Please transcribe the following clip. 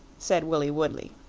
said willie woodley.